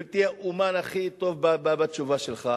ותהיה אמן הכי טוב בתשובה שלך,